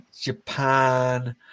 Japan